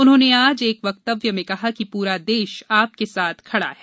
उन्होंने आज एक वक्तव्य में कहा कि पूरा देश आपके साथ खड़ा है